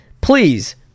please